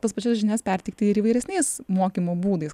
tas pačias žinias perteikti ir įvairesniais mokymo būdais